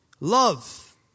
Love